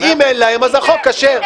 אם אין להם, אז החוק כשר.